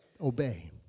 obey